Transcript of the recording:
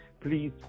Please